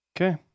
Okay